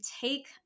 take